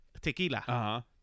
tequila